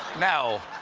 now,